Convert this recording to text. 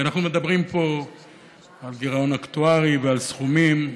כי אנחנו מדברים פה על גירעון אקטוארי ועל סכומים.